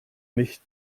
nicht